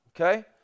okay